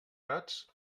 gats